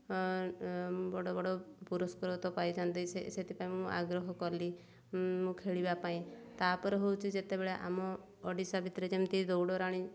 ବଡ଼ ବଡ଼ ପୁରସ୍କର ତ ପାଇଥାନ୍ତି ସେଥିପାଇଁ ମୁଁ ଆଗ୍ରହ କଲି ମୁଁ ଖେଳିବା ପାଇଁ ତାପରେ ହେଉଛି ଯେତେବେଳେ ଆମ ଓଡ଼ିଶା ଭିତରେ ଯେମିତି ଦୌଡ଼ରାଣୀ